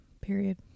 period